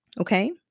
Okay